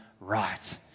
right